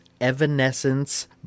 Evanescence